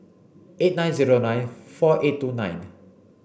eight nine zero nine four eight two nine